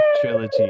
trilogy